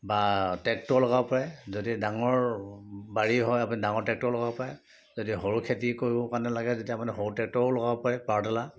বা ট্ৰেক্টৰ লগাব পাৰে যদি ডাঙৰ বাৰী হয় আপুনি ডাঙৰ ট্ৰেক্টৰ লগাব পাৰে যদি সৰু খেতি কৰিব কাৰণে লাগে তেতিয়া আপুনি সৰু ট্ৰেক্টৰো লগাব পাৰে পাৱাৰ টিলাৰ